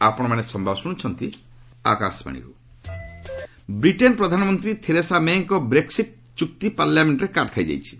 UK Brexit Britain ପ୍ରଧାନମନ୍ତ୍ରୀ Theresa May ଙ୍କ Brexit ଚୁକ୍ତି ପାର୍ଲାମେଷ୍ଟରେ କାଟ୍ ଖାଇଯାଇଛି